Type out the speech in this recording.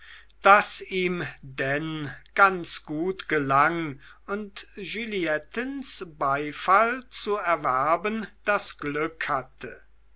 das ihm denn ganz gut gelang und juliettens beifall zu erwerben das glück hatte